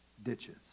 ditches